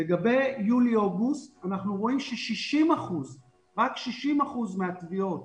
לגבי יולי-אוגוסט אנחנו רואים שרק 60% מהתביעות